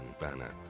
banner